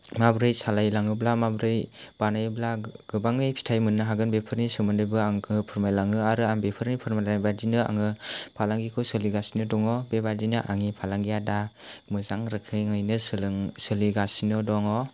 माबोरै सालायलाङोब्ला माबोरै बानायोब्ला गोबाङै फिथाइ मोननो हागोन बेफोरनि सोमोन्दैबो आंखो फोरमायलाङो आरो आं बेफोरनि फोरमायनाय बायदियैनो आङो फालांगिखौ सोलिगासिनो दह बेबायदिनो आंनि फालांगिया दा मोजां रोखोमैनो सोलिगासिनो दङ